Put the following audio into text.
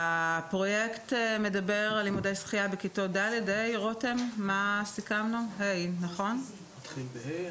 הפרויקט מדבר על לימודי שחייה בכיתות ד'-ה' --- זה מתחיל בכיתה ה'.